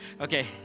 Okay